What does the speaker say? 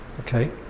Okay